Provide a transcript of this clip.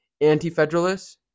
Anti-Federalists